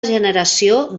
generació